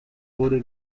wurde